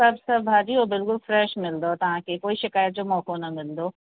सभु सभु भाॼियूं ऐं बिल्कुलु फ़्रैश मिलंदव तव्हांखे कोई शिकायत जो मौक़ो न मिलंदो